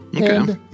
Okay